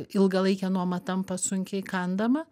ilgalaikė nuoma tampa sunkiai įkandama